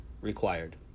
required